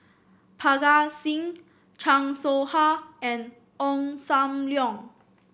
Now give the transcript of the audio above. Parga Singh Chan Soh Ha and Ong Sam Leong